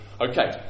Okay